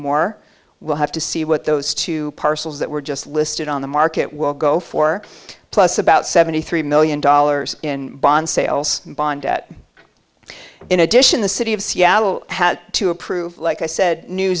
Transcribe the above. more we'll have to see what those two parcels that were just listed on the market will go for plus about seventy three million dollars in bond sales bond at in addition the city of seattle has to approve like i said new